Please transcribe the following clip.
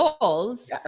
goals